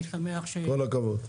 כל הכבוד.